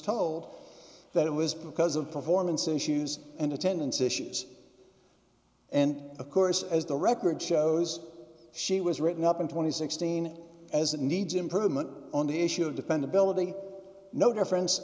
told that it was because of performance issues and attendance issues and of course as the record shows d she was written up in two thousand and sixteen as it needs improvement on the issue of dependability no difference